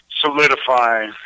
solidify